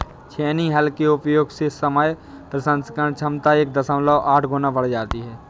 छेनी हल के उपयोग से समय प्रसंस्करण क्षमता एक दशमलव आठ गुना बढ़ जाती है